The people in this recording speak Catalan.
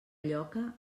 lloca